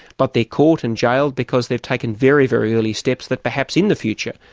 but they're caught and jailed because they've taken very, very early steps that, perhaps, in the future,